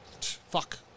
fuck